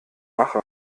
mache